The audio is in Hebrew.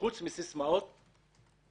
חוץ מסיסמאות על המשטרה,